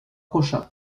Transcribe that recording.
prochain